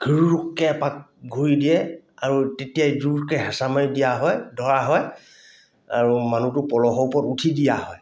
ঘুৰুককৈ এপাক ঘূৰি দিয়ে আৰু তেতিয়াই জোৰকৈ হেঁচা মাৰি দিয়া হয় ধৰা হয় আৰু মানুহটো পলহৰ ওপৰত উঠি দিয়া হয়